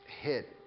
hit